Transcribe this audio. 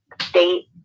state